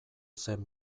zen